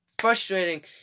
frustrating